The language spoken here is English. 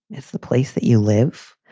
it's the place that you live.